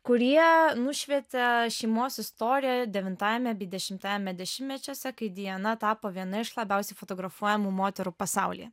kurie nušvietė šeimos istoriją devintajame bei dešimtajame dešimtmečiuose kai diana tapo viena iš labiausiai fotografuojamų moterų pasaulyje